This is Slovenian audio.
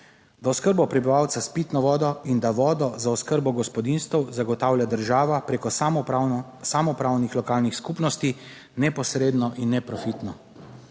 da oskrbo prebivalca s pitno vodo in da vodo za oskrbo gospodinjstev zagotavlja država preko samoupravnih lokalnih skupnosti neposredno in neprofitno.